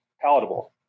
palatable